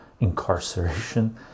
incarceration